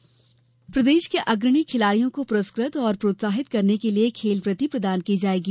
खेलवृत्ति प्रदेश के अग्रणी खिलाड़ियों को पुरस्कृत और प्रोत्साहित करने के लिए खेलवृत्ति प्रदान की जाएगी